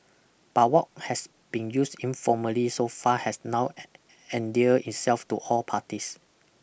but what has been used informally so far has now endear itself to all parties